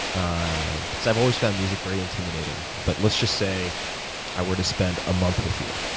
ah because i've always found music very intimidating, but let's just say i were to spend a month with you,